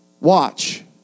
Watch